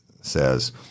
says